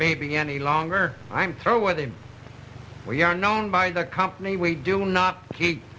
baby any longer i'm throw whether we are known by the company we do not